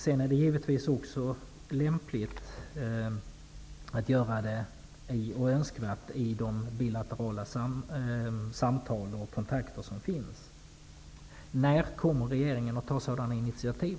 Det är givetvis också lämpligt och önskvärt att göra det i bilaterala samtal och vid kontakter. När kommer regeringen att ta sådana initiativ?